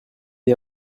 est